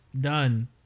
Done